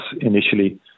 initially